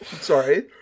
Sorry